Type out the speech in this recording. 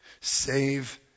Save